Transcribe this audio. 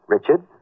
Richard